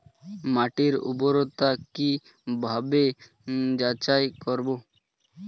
মাটির উর্বরতা কি ভাবে যাচাই করব?